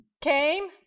Came